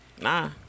Nah